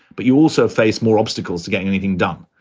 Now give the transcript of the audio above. but you also face more obstacles to getting anything done.